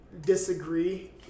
disagree